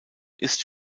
ist